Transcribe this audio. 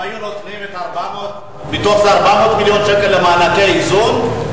אם היו נותנים מתוך זה 400 מיליון שקל למענקי איזון,